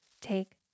Take